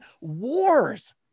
wars